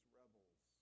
rebels